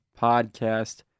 podcast